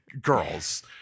girls